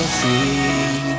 free